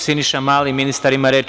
Siniša Mali, ministar, ima reč.